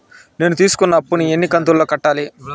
నేను తీసుకున్న అప్పు ను ఎన్ని కంతులలో కట్టాలి?